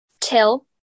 Till